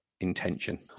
intention